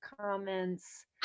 comments